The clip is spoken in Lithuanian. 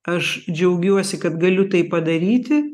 aš džiaugiuosi kad galiu tai padaryti